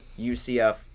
UCF